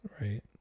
right